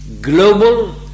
global